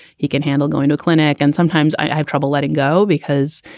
he can handle going to a clinic. and sometimes i have trouble letting go because,